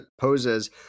poses